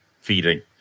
feeding